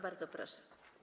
Bardzo proszę.